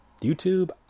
YouTube